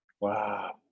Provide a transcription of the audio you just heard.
Wow